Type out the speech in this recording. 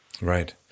Right